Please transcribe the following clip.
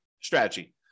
strategy